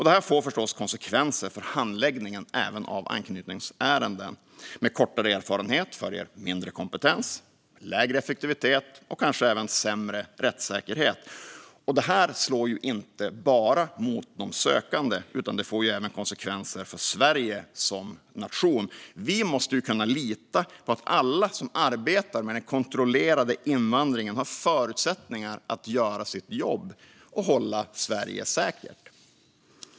Detta får förstås konsekvenser för handläggningen även av anknytningsärenden. Med kortare erfarenhet följer mindre kompetens, lägre effektivitet och kanske även sämre rättssäkerhet. Detta slår inte bara mot de sökande, utan det får även konsekvenser för Sverige som nation. Vi måste kunna lita på att alla som arbetar med den kontrollerade invandringen har förutsättningar att göra sitt jobb och hålla Sverige säkert.